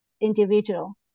individual